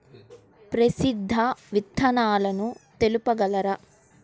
ప్రసిద్ధ విత్తనాలు తెలుపగలరు?